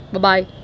Bye-bye